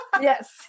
yes